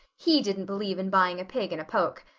he didn't believe in buying a pig in a poke.